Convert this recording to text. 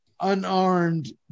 unarmed